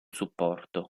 supporto